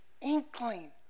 inkling